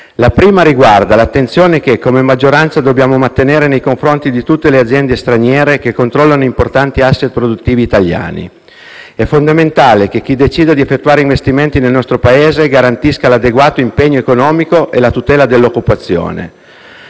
quali riguarda l'attenzione che come maggioranza dobbiamo mantenere nei confronti di tutte le aziende straniere che controllano importanti *asset* produttivi italiani. È fondamentale che chi decide di fare investimenti nel nostro Paese garantisca l'adeguato impegno economico e la tutela dell'occupazione.